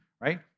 right